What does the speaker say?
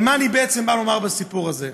אבל מה אני בא לומר בסיפור הזה?